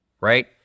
right